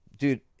Dude